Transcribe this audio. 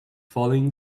falling